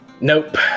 Nope